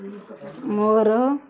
ମୋର